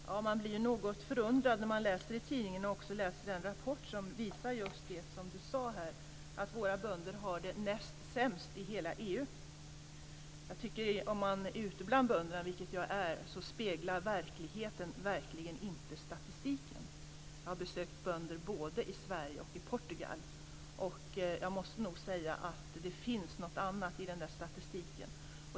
Herr talman! Ja, man blir något förundrad när man läser i tidningen och också läser den rapport som visar just det som Anne-Katrine Dunker sade här; att våra bönder har det näst sämst i hela EU. Om man är ute bland bönderna, vilket jag är, speglar verkligheten inte statistiken. Jag har besökt bönder både i Sverige och i Portugal, och jag måste nog säga att det finns något annat i den där statistiken.